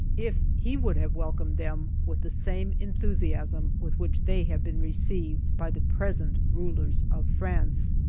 if he would have welcomed them with the same enthusiasm with which they have been received by the present rulers of france.